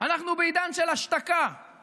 אנחנו בעידן של השתקה,